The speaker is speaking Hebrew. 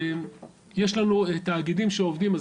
יש לנו תאגידים שעובדים,